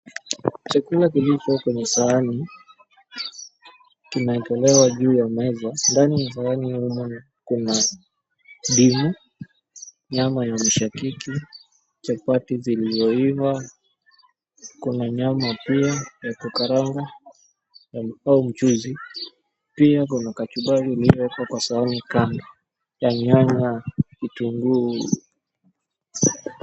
Chakula vilivyo kwenye sahani kimewekelewa juu ya meza. Ndani ya shani humo kuna ndimu, nyama ya mshakiki, chapati zilizoiva, kuna nyama pia ya kukaangwa na mchuzi, pia kuna kachumbari iliyowekwa kwa sahani kando ya nyanya, kitunguu.